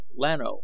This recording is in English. Lano